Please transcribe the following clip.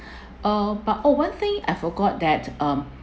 uh but oh one thing I forgot that um